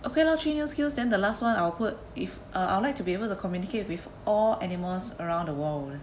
okay lor three new skills than the last one I will put if uh I'd like to be able to communicate with all animals around the world